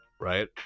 Right